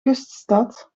kuststad